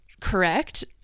correct